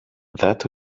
that